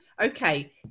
okay